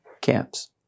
camps